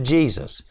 Jesus